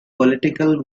political